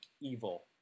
evil